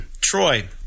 Troy